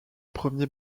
premier